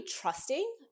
trusting